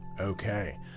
okay